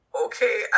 okay